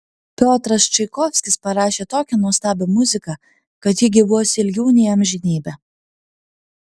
piotras čaikovskis parašė tokią nuostabią muziką kad ji gyvuos ilgiau nei amžinybę